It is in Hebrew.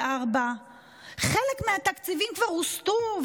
2024. חלק מהתקציבים כבר הוסטו,